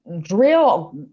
drill